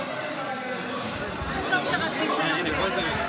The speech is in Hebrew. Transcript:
לא צריך להגיע לפשיסטים.